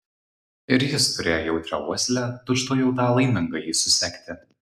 ir jis turėjo jautrią uoslę tučtuojau tą laimingąjį susekti